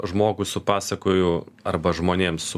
žmogų su pasakoju arba žmonėms